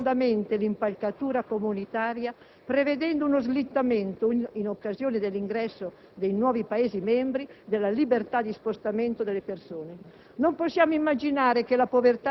e già abbiamo ferito profondamente l'impalcatura comunitaria prevedendo uno slittamento, in occasione dell'ingresso dei nuovi Paesi membri, della libertà di spostamento delle persone.